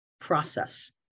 process